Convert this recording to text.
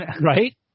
Right